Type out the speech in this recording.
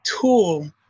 tool